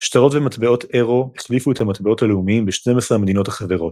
שטרות ומטבעות אירו החליפו את המטבעות הלאומיים ב-12 מהמדינות החברות.